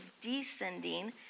descending